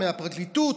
מהפרקליטות,